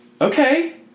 okay